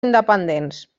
independents